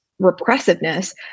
repressiveness